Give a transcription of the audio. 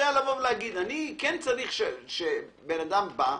לבוא ולהגיד: אני צריך שבן אדם יבוא,